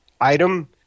item